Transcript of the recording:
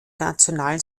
nationalen